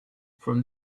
from